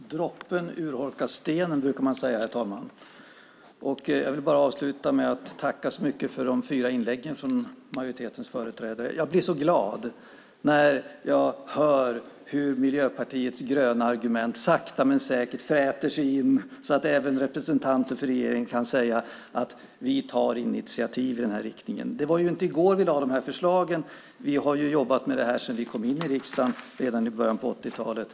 Herr talman! Droppen urholkar stenen, brukar man säga. Jag vill tacka så mycket för de fyra inläggen från majoritetens företrädare. Jag blir så glad när jag hör hur Miljöpartiets gröna argument sakta men säkert fräter sig in så att även representanter för regeringen kan säga att de tar initiativ i den riktningen. Det var inte i går vi lade fram dessa förslag. Vi har jobbat med detta sedan vi kom in i riksdagen i början av 80-talet.